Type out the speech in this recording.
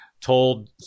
told